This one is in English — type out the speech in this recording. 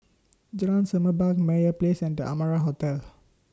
Jalan Semerbak Meyer Place and The Amara Hotel